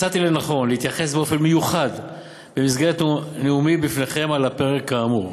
מצאתי לנכון להתייחס באופן מיוחד במסגרת נאומי בפניכם לפרק האמור.